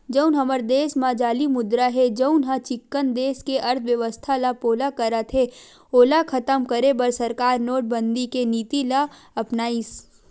जउन हमर देस म जाली मुद्रा हे जउनहा चिक्कन देस के अर्थबेवस्था ल पोला करत हे ओला खतम करे बर सरकार नोटबंदी के नीति ल अपनाइस